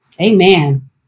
Amen